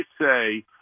say